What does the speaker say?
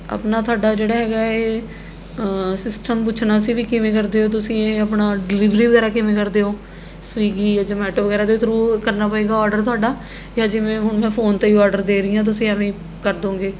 ਆਪਣਾ ਤੁਹਾਡਾ ਜਿਹੜਾ ਹੈਗਾ ਏ ਸਿਸਟਮ ਪੁੱਛਣਾ ਸੀ ਵੀ ਕਿਵੇਂ ਕਰਦੇ ਹੋ ਤੁਸੀਂ ਇਹ ਆਪਣਾ ਡਿਲਵਲੀ ਵਗੈਰਾ ਕਿਵੇਂ ਕਰਦੇ ਹੋ ਸਵੀਗੀ ਏ ਜਮੇਟੋ ਵਗੈਰਾ ਦੇ ਥਰੂ ਕਰਨਾ ਪਏਗਾ ਔਡਰ ਤੁਹਾਡਾ ਜਾਂ ਜਿਵੇਂ ਹੁਣ ਮੈਂ ਫੋਨ 'ਤੇ ਹੀ ਔਡਰ ਦੇ ਰਹੀ ਹਾਂ ਤੁਸੀਂ ਇਵੇਂ ਹੀ ਕਰ ਦੇਵੋਂਗੇ